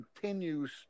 continues